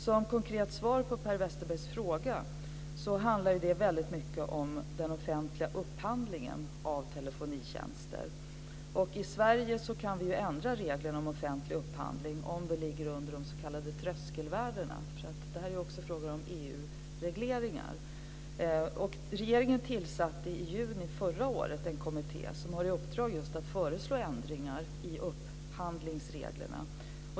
Som konkret svar på Per Westerbergs fråga kan jag säga att det väldigt mycket handlar om den offentliga upphandlingen av telefonitjänster. I Sverige kan vi ändra reglerna om offentlig upphandling om den ligger under de s.k. tröskelvärdena. Det är också fråga om EU-regleringar. Regeringen tillsatte i juni förra året en kommitté som har i uppdrag just att föreslå ändringar i upphandlingsreglerna.